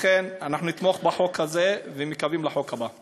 לכן, אנחנו נתמוך בחוק הזה, ומקווים לחוק הבא.